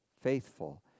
faithful